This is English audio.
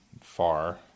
far